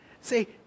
Say